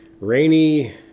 rainy